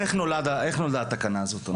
איך התקנה הזו נולדה?